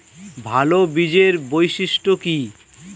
ভাল বীজের বৈশিষ্ট্য কী?